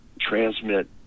transmit